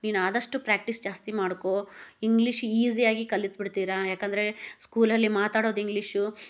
ನೀನು ಆದಷ್ಟು ಪ್ರ್ಯಾಕ್ಟೀಸ್ ಜಾಸ್ತಿ ಮಾಡ್ಕೋ ಇಂಗ್ಲೀಷ್ ಈಝಿಯಾಗಿ ಕಲಿತ್ಬಿಡ್ತೀರಾ ಯಾಕಂದರೆ ಸ್ಕೂಲಲ್ಲಿ ಮಾತಾಡೋದು ಇಂಗ್ಲೀಷು